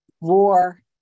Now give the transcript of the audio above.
war